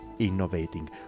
innovating